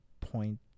point